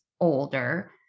older